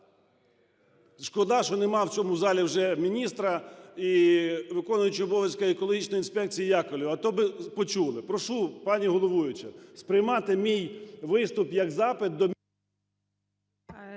Шкода, що нема в цьому залі вже міністра і виконуючого обов'язки екологічної інспекції Яковлєва. А то би почули. Прошу, пані головуюча, сприймати мій виступ як запит до…